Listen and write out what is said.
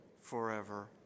forever